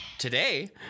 Today